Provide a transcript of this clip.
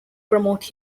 promote